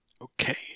Okay